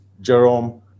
Jerome